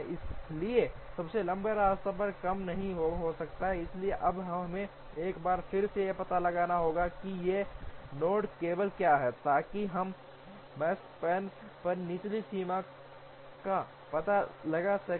इसलिए सबसे लंबा रास्ता कम नहीं हो सकता है इसलिए अब हमें एक बार फिर से यह पता लगाना होगा कि ये नोड लेबल क्या हैं ताकि हम Makespan पर निचली सीमा का पता लगा सकें